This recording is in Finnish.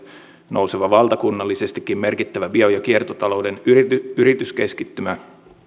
nouseva valtakunnallisestikin merkittävä bio ja kiertotalouden yrityskeskittymä